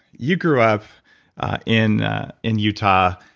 you grew up in in utah,